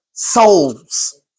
Souls